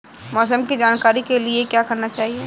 मौसम की जानकारी के लिए क्या करना चाहिए?